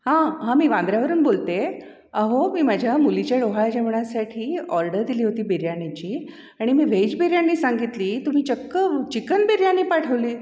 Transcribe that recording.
हां हां मी वांदऱ्यावरून बोलते हो मी माझ्या मुलीच्या डोहळ्या जेवणासाठी ऑर्डर दिली होती बिर्याणीची आणि मी व्हेज बिर्याणी सांगितली तुम्ही चक्क चिकन बिर्याणी पाठवली